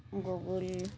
Google